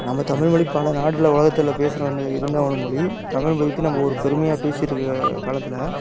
நம்ம தமிழ் மொழி பல நாட்டில் உலகத்தில் பேசுகிறவங்க இருந்த ஒரு மொழி தமிழ் மொழி பற்றி நம்ம ஒரு பெருமையாக பேசிட்டுருக்க காலத்தில்